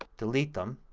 delete them,